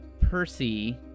Percy